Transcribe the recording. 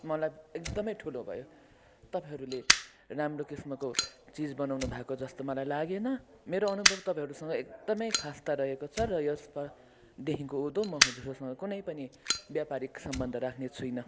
मलाई एकदमै ठुलो भयो तपाईँहरूले राम्रो किसिमको चिज बनाउनुभएको जस्तो मलाई लागेन मेरो अनुभव तपाईँहरूसँग एकदमै खासता रहेको छ र यसमा देखिको उँदो म कुनैपनि व्यापारिक सम्बन्ध राख्ने छुइनँ